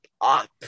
up